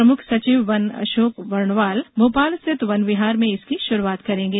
प्रमुख सचिव वन अशोक वर्णवाल भोपाल स्थित वन विहार में इसकी शुरूआत करेंगे